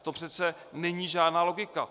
To přece není žádná logika.